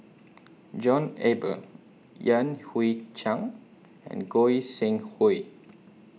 John Eber Yan Hui Chang and Goi Seng Hui